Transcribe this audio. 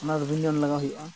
ᱚᱱᱟ ᱫᱚ ᱵᱷᱤᱱ ᱡᱚᱱ ᱞᱟᱜᱟᱣ ᱦᱩᱭᱩᱜᱼᱟ